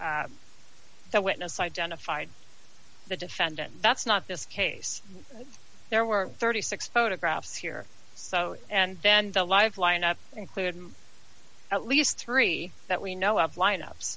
where the witness identified the defendant that's not this case there were thirty six dollars photographs here so and then the live lineup included at least three that we know of lineups